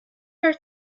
her